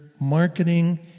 marketing